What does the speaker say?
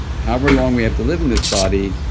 however long we have to live in this body,